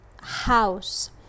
house